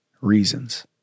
reasons